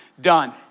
done